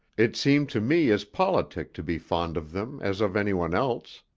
it seemed to me as politic to be fond of them as of anyone else.